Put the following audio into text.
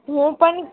હું પણ